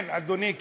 כן, אדוני.